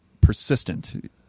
persistent